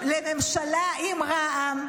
העמותה הזו,